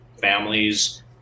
families